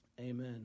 Amen